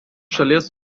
šalies